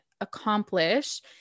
accomplish